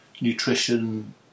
nutrition